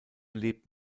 lebt